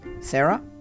Sarah